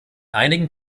einigen